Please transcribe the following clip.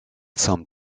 some